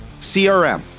CRM